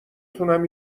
تونم